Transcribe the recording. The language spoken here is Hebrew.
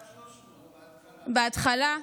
200,000 300,000 בהתחלה.